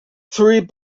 three